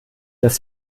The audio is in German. dass